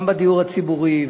גם בדיור הציבורי,